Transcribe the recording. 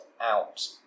out